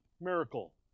miracle